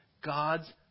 God's